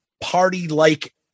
party-like